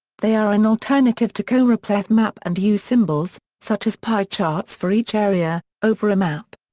they are an alternative to choropleth map and use symbols, such as pie charts for each area, over a map.